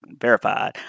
verified